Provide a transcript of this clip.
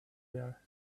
there